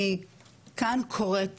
אני כאן קוראת